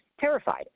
Terrified